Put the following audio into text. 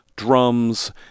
drums